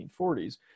1940s